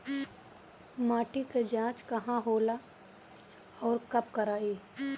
माटी क जांच कहाँ होला अउर कब कराई?